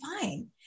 fine